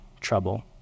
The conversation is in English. trouble